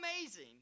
amazing